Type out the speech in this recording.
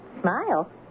Smile